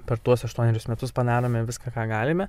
per tuos aštuonerius metus padarome viską ką galime